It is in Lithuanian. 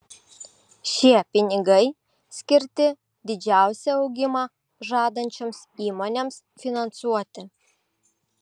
šie pinigai skirti didžiausią augimą žadančioms įmonėms finansuoti